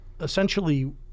essentially